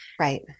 Right